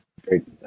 Great